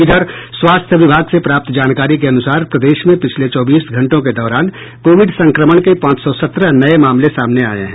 इधर स्वास्थ्य विभाग से प्राप्त जानकारी के अनुसार प्रदेश में पिछले चौबीस घंटो के दौरान कोविड संक्रमण के पांच सौ सत्रह नये मामले सामने आये हैं